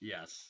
Yes